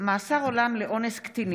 מימון ניהול ההליך המשפטי),